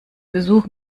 besuch